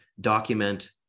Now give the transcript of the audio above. document